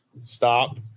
stop